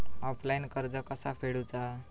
Offline कर्ज कसा फेडूचा?